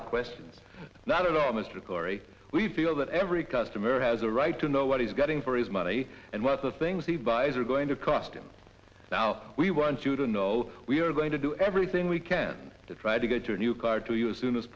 of questions not at all mr corey we feel that every customer has a right to know what he's getting for his money and what the things he buys are going to cost him now we want you to know we are going to do everything we can to try to get a new car to you as soon as